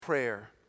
prayer